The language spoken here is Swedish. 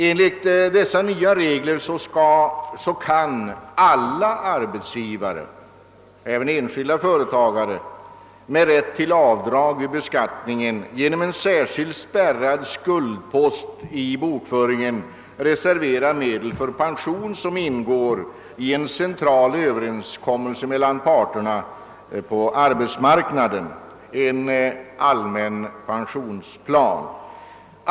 Enligt dessa nya regler »skall alla arbetsgivare — således även enskilda företagare — genom en särskild spärrad skuldpost i bokföringen kunna, med rätt till avdrag vid beskattningen, reservera medel för pension som ingår i en central överenskommelse mellan arbetsmarknadens parter .